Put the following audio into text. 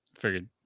Figured